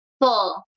full